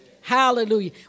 Hallelujah